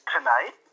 tonight